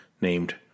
named